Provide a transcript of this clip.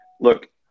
look